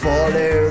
Follow